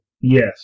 Yes